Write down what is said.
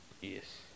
Yes